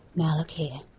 now look here.